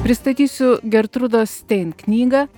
pristatysiu gertrūdos stein knygą